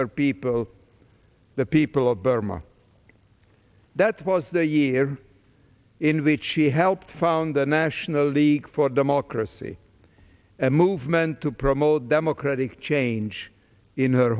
of people the people of burma that was the year in which she helped found the national league for democracy a movement to promote democratic change in